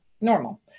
normal